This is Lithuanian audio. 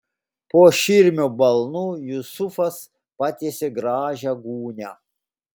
po širmio balnu jusufas patiesė gražią gūnią